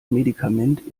medikament